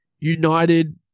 United